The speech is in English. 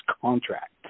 contract